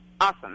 Awesome